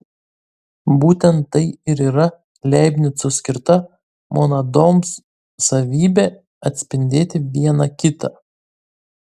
būtent tai ir yra leibnico skirta monadoms savybė atspindėti viena kitą